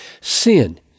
sin